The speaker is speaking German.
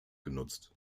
genutzt